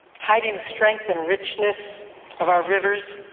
hiding the strength and richness of our rivers,